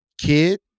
kid